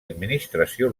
administració